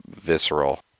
visceral